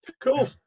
Cool